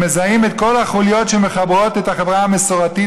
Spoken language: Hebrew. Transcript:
הן מזהות את כל החוליות שמחברות את החברה המסורתית,